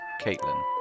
Caitlin